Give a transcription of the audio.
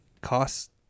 cost